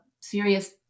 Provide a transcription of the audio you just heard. serious